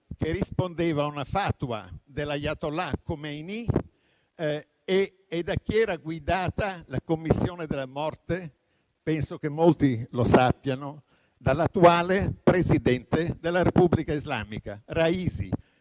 che rispondeva a una *fatwa* dell'*ayatollah* Khomeini. E da chi era guidata la commissione della morte? Penso che molti lo sappiano: dall'attuale presidente della Repubblica islamica Raisi.